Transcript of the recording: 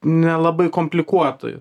nelabai komplikuotai